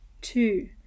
two